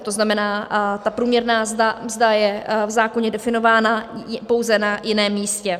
To znamená, ta průměrná mzda je v zákoně definována, pouze na jiném místě.